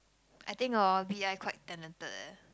I think orh V I quite talented eh